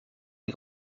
les